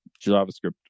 javascript